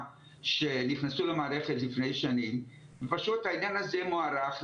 שנכנסו למערכת לפני שנים ופשוט העניין הזה מוארך.